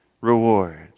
reward